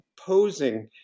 posing